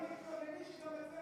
עוד מעט תתלונני שגם אצלנו,